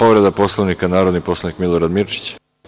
Povreda Poslovnika narodni poslanik Milorad Mirčić.